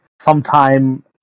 sometime